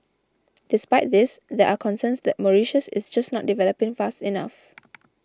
despite this there are concerns that Mauritius is just not developing fast enough